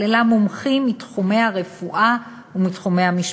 כללה מומחים מתחומי הרפואה ומתחומי המשפט.